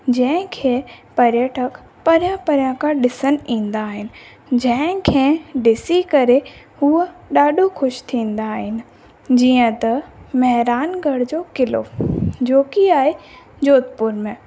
जंहिंखे पर्यटक परियां परियां खां ॾिसण ईंदा आहिनि जंहिंखे ॾिसी करे हूअ ॾाढो ख़ुशि थींदा आहिनि जीअं त महेरानगढ़ जो क़िलो जोकी आहे जोधपुर में